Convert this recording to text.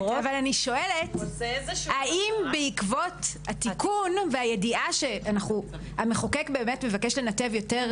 אני שואלת האם בעקבות התיקון והידיעה שהמחוקק באמת מבקש לנתב יותר?